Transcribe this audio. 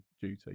duty